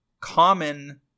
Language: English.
common